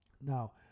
Now